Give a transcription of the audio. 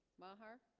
maher